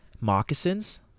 moccasins